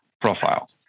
profile